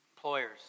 Employers